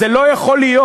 זה לא יכול להיות.